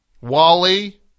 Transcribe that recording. Wally